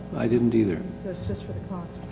i didn't either. so it's just for the cost.